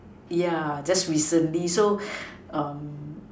yeah just recently so um